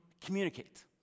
communicate